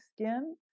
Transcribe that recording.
skin